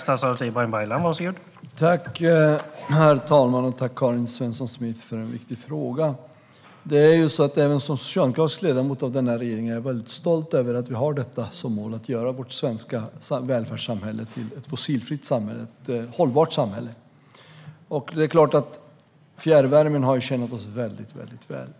Herr talman! Tack, Karin Svensson Smith, för en viktig fråga! Även som socialdemokratisk ledamot av denna regering är jag väldigt stolt över att vi har som mål att göra vårt svenska välfärdssamhälle till ett fossilfritt och hållbart samhälle. Fjärrvärmen har tjänat oss väl.